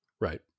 right